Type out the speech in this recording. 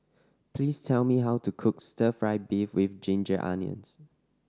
please tell me how to cook Stir Fry beef with ginger onions